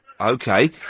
Okay